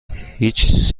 هیچ